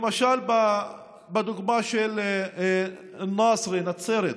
למשל, בדוגמה של נצרת,